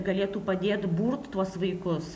galėtų padėt burt tuos vaikus